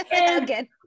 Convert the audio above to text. again